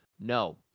No